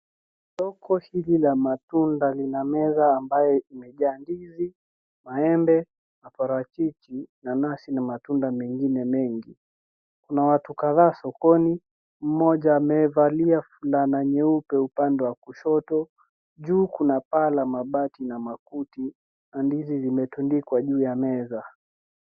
Soko hili la matunda lina meza ambayo imejaa ndizi, maembe, na parachichi, nanasi na matunda mengine mengi. Kuna watu kadhaa sokoni, mmoja amevalia fulana nyeupe upande wa kushoto. Juu kuna paa la mabati na makuti, na ndizi zimetundikwa juu ya meza.